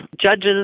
judges